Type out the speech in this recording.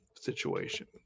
situation